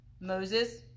Moses